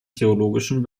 theologischen